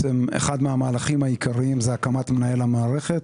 אחד המהלכים העיקריים הוא הקמת מנהל המערכת,